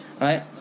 right